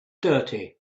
dirty